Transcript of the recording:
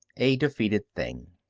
a defeated thing.